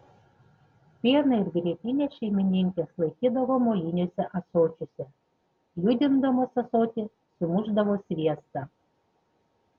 pieną ir grietinę šeimininkės laikydavo moliniuose ąsočiuose judindamos ąsotį sumušdavo sviestą